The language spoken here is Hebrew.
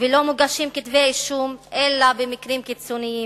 ולא מוגשים כתבי אישום, אלא במקרים קיצוניים.